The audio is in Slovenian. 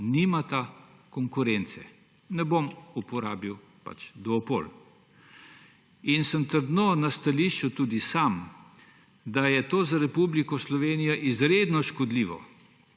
nimata konkurence. Ne bom uporabil besede duopol. Tudi sam sem trdno na stališču, da je to za Republiko Slovenijo izredno škodljivo.